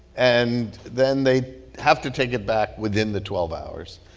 and then they have to take it back within the twelve hours.